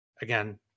Again